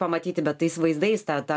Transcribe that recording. pamatyti bet tais vaizdais tą ta